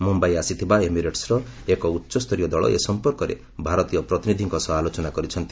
ମୁମ୍ବାଇ ଆସିଥିବା ଏମିରେଟ୍ସର ଏକ ଉଚ୍ଚସରୀୟ ଦଳ ଏ ସଂପର୍କରେ ଭାରତୀୟ ପ୍ରତିନିଧିଙ୍କ ସହ ଆଲୋଚନା କରିଛନ୍ତି